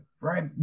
right